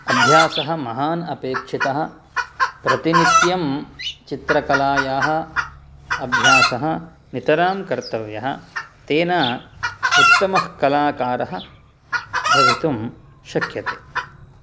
अभ्यासः महान् अपेक्षितः प्रतिनित्यं चित्रकलायाः अभ्यासः नितरां कर्तव्यः तेन उत्तमः कलाकारः भवितुं शक्यते